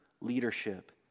leadership